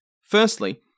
Firstly